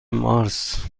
مارس